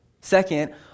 Second